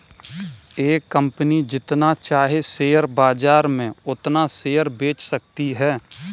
एक कंपनी जितना चाहे शेयर बाजार में उतना शेयर बेच सकती है